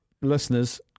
listeners –